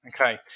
Okay